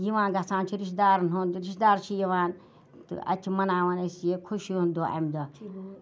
یِوان گَژھان چھِ رِشتہٕ دارَن ہُنٛد رِشتہٕ دار چھِ یِوان تہٕ اَتہِ چھِ مَناوان أسۍ یہِ خوشی ہُنٛد دۄہ امہِ دۄہ